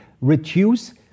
reduce